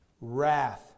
Wrath